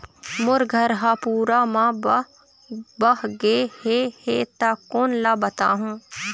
मोर घर हा पूरा मा बह बह गे हे हे ता कोन ला बताहुं?